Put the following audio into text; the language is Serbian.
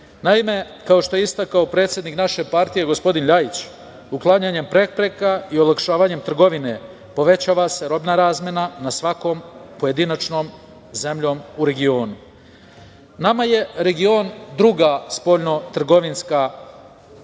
Naime, kao što je istakao predsednik naše partije, gospodin Ljajić, uklanjanjem prepreka i olakšavanjem trgovine povećava se robna razmena sa svakom pojedinačnom zemljom u regionu. Nama je region druga spoljno-trgovinska relacija,